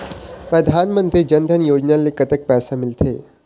परधानमंतरी जन धन योजना ले कतक पैसा मिल थे?